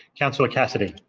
councillor cassidy